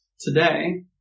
Today